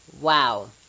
Wow